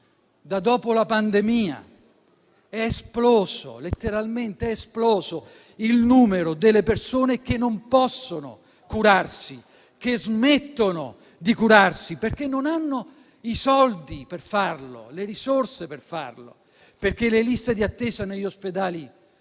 dopo la pandemia, è letteralmente esploso il numero delle persone che non possono curarsi, che smettono di curarsi perché non hanno le risorse per farlo: perché le liste di attesa negli ospedali